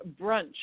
brunch